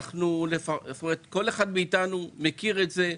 כל אחד מאיתנו מכיר את זה.